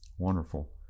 Wonderful